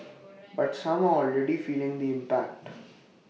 but some are already feeling the impact